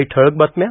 काही ठळक बातम्या